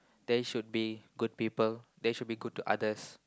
they should be good people they should be good to others